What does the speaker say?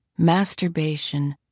masturbation,